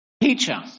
Teacher